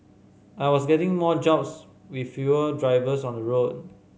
I was getting more jobs with fewer drivers on the road